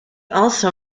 also